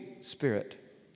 Spirit